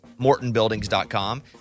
MortonBuildings.com